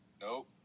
Nope